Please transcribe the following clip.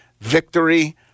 victory